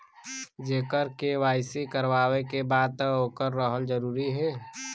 जेकर के.वाइ.सी करवाएं के बा तब ओकर रहल जरूरी हे?